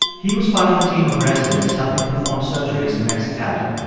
he was part of the team of residents helping perform surgeries in mexicali.